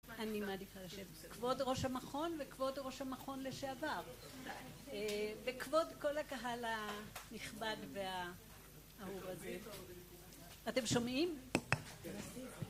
אני מעדיפה לשבת. כבוד ראש המכון וכבוד ראש המכון לשעבר וכבוד כל הקהל הנכבד והאהוב הזה. אתם שומעים?